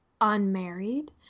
unmarried